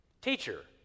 Teacher